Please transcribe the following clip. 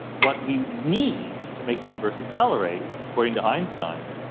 what we need to make the universe accelerate, according to einstein,